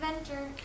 adventure